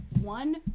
one